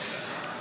למאבק